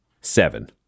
seven